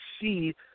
see